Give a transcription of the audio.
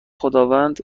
خداوند